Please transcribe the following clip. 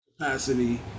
capacity